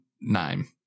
name